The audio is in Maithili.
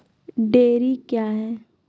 डेयरी क्या हैं?